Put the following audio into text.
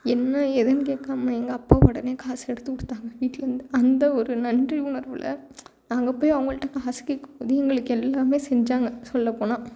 என்ன ஏதுன்னு கேக்காமல் எங்கள் அப்பா உடனே காசு எடுத்து கொடுத்தாங்க வீட்டுலேந்து அந்த ஒரு நன்றி உணர்வில் நாங்க போய் அவங்கள்ட்ட காசு கேட்கும் போது எங்களுக்கு எல்லாம் செஞ்சாங்க சொல்லப்போனால்